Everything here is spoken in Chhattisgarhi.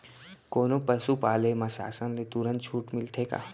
कोनो पसु पाले म शासन ले तुरंत छूट मिलथे का?